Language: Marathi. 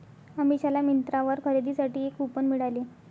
अमिषाला मिंत्रावर खरेदीसाठी एक कूपन मिळाले